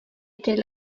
était